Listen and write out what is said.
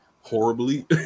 horribly